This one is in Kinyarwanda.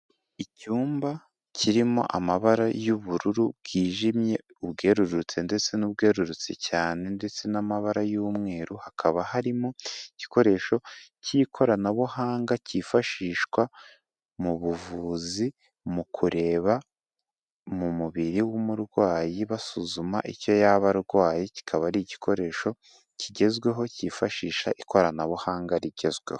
Icyumba kirimo amabara y'ubururu bwijimye ubwerutse ndetse n'ubworurutse cyane ndetse n'amabara y'umweru, hakaba harimo igikoresho cy'ikoranabuhanga cyifashishwa mu buvuzi mu kureba mu mubiri w'umurwayi basuzuma icyo yaba arwaye, kikaba ari igikoresho kigezweho cyifashisha ikoranabuhanga rigezweho.